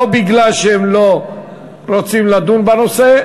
לא מפני שהם לא רוצים לדון בנושא,